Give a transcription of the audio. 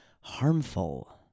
harmful